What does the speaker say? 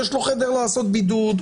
יש לו חדר לעשות בידוד,